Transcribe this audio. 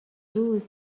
روز